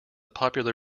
popular